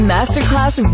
Masterclass